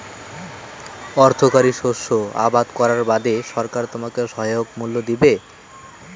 অর্থকরী শস্য আবাদ করার বাদে সরকার তোমাক সহায়ক মূল্য দিবে